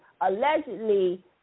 allegedly